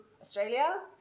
Australia